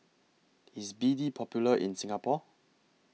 IS B D Popular in Singapore